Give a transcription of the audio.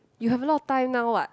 you have a lot time now what